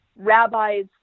Rabbis